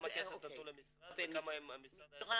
כמה כסף נתנו למשרד וכמה המשרד היה צריך להוסיף?